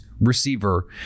receiver